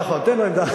נכון, תן לו עמדה אחרת.